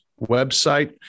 website